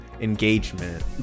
engagement